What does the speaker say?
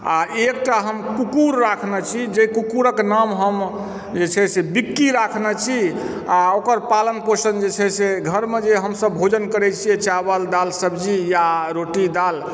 अऽ एकटा हम कुक्कूर राखने छी जे कुक्कूर के नाम हम जे छै से विक्की राखने छी आ ओकर पालन पोषण जे छै घरमे जे हमसभ भोजन करै छियै चावल दालि सब्जी यऽ रोटी दालि